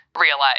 realize